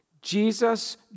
Jesus